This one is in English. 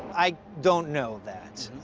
i don't know that.